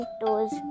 toes